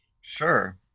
Sure